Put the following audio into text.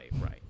right